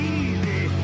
easy